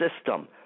system